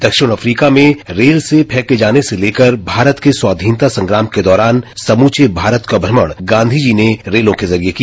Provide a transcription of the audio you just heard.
दक्षिण अफ्रीका में रेल से फॉर्क जाने से लेकर भारत के स्वाधीनता संग्राम के दौरान समूचे भारत का श्रमण गांधीजी ने रेलों के जरिये किया